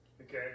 Okay